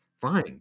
fine